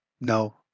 no